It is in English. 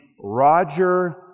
Roger